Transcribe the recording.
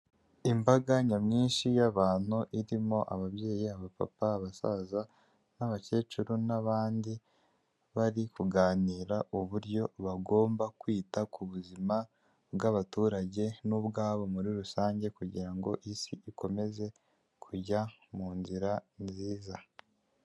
Imbaga nyamwinshi y'abantu, irimo ababyeyi, abapapa, abasaza, n'abakecuru, n'abandi, bari kuganira uburyo bagomba kwita ku buzima bw'abaturage n'ubwabo muri rusange, kugira ngo isi ikomeze kujya mu nzira nziza.